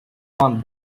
one